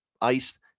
ice